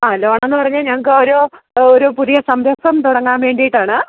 ആ ലോണെന്നു പറഞ്ഞാല് ഞങ്ങള്ക്ക് ഒരു ഒരു പുതിയ സംരംഭം തുടങ്ങാന് വേണ്ടിയിട്ടാണ്